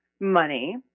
money